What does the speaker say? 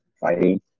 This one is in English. fighting